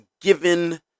given